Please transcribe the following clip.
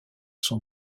sont